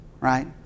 right